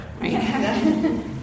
right